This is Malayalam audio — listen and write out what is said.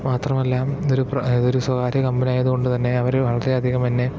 മാത്രമല്ല ഇതൊരു ഇതൊരു സ്വകാര്യ കമ്പനി ആയതുകൊണ്ട് തന്നെ അവർ വളരേയധികം എന്നെ